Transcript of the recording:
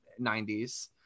90s